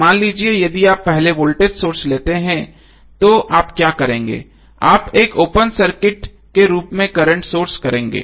मान लीजिए यदि आप पहले वोल्टेज सोर्स लेते हैं तो आप क्या करेंगे आप एक ओपन सर्किट के रूप में करंट सोर्स करेंगे